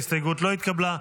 ההסתייגות לא התקבלה.